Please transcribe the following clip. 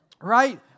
right